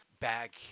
back